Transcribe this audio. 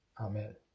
Amen